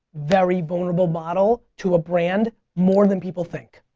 very vulnerable model to a brand, more than people think.